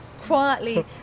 quietly